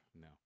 No